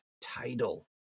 title